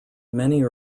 many